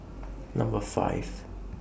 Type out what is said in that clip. Number five